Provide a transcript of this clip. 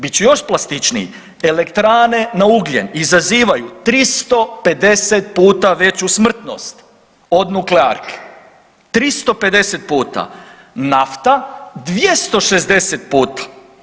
Bit ću još plastičniji, elektrane na ugljen izazivaju 350 puta veću smrtnost od nuklearke, 350 puta, nafta 260 puta.